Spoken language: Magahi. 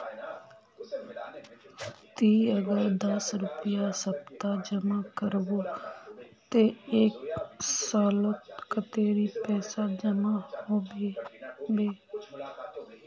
ती अगर दस रुपया सप्ताह जमा करबो ते एक सालोत कतेरी पैसा जमा होबे बे?